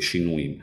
שינויים.